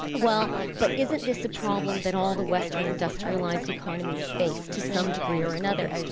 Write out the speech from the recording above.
well, but isn't this a problem that all the western industrialized economies face to some degree or another?